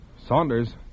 Saunders